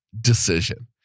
decision